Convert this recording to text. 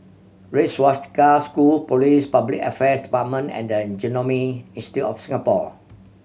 Red Swastika School Police Public Affairs Department and the an Genome Institute of Singapore